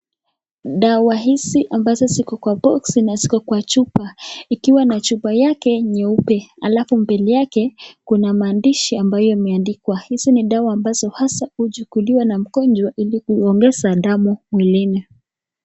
Dawa hizi ambazo ziko kwa boksi na ziko kwa chupa, ikiwa na chupa yake nyeupe alafu mbele yake kuna maandishi ambayo imeandikwa. Hizo ni dawa ambazo hasa huchukuliwa na mgonjwa ili kuongeza damu mwilini.